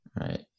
Right